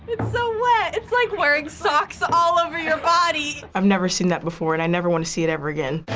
it's so wet. it's like wearing socks all over your body. i've never seen that before, and i never wanna see it ever again.